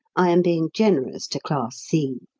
i am being generous to class c.